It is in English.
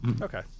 Okay